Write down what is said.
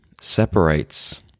separates